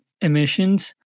emissions